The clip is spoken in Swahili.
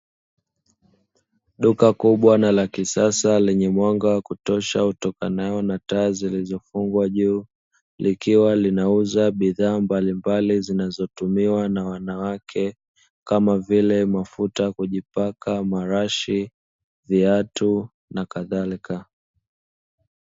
Duka kubwa na la kisasa lenye mwanga wa kutosha utokanao na taa zilizofungwa juu likiwa linauza bidhaa mbalimbali zinazotumiwa na wanawake kama vile mafuta ya kujipaka, marashi, viatu na kadhalika.